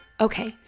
Okay